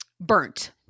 burnt